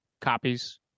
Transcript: copies